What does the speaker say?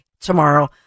tomorrow